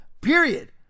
period